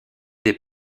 des